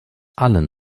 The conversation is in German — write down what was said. allen